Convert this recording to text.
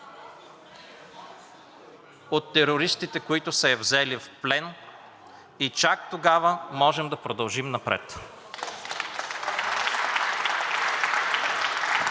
от терористите, които са я взели в плен, и чак тогава може да продължим напред.